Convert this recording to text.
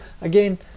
again